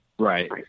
right